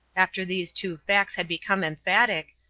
after these two facts had become emphatic,